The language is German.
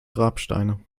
grabsteine